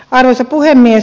arvoisa puhemies